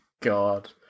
God